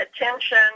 attention